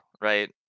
right